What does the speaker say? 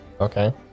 okay